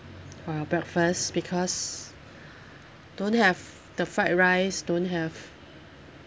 for your breakfast because don't have the fried rice don't have